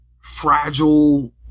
fragile